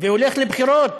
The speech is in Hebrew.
והולך לבחירות,